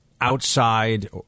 outside